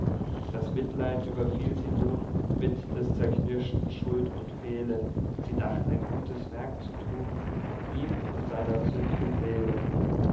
das mitleid überfiel sie nun mit des zerknirschten schuld und fehle sie dacht ein gutes werk zu thun an ihm und seiner sünd'gen seele